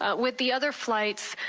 ah with the other flights,